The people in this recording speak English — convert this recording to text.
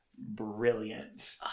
brilliant